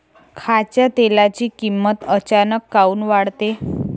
खाच्या तेलाची किमत अचानक काऊन वाढते?